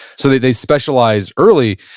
so they they specialize early.